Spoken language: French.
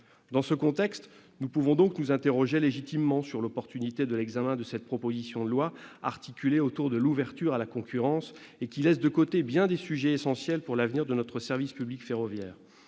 Dans ce contexte, nous pouvons donc nous interroger légitimement sur l'opportunité de l'examen de cette proposition de loi articulée autour de l'ouverture à la concurrence et qui laisse de côté bien des sujets essentiels pour l'avenir de notre service public ferroviaire.